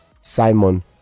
Simon